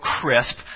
crisp